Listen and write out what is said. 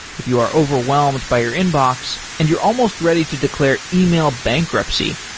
if you are overwhelmed by your inbox and you're almost ready to declare email bankruptcy,